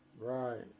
Right